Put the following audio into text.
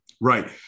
Right